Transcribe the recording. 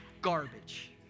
garbage